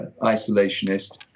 isolationist